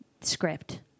script